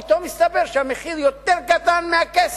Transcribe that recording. פתאום הסתבר שהמחיר יותר נמוך מהכסף.